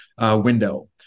window